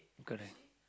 correct